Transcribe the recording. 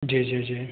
जी जी जी